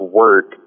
work